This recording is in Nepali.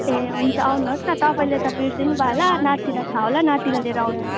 ए हुन्छ आउनुहोस् न तपाईँले त बिर्सिनुभयो होला नातिलाई थाहा होला नातिलाई लिएर आउनुहोस्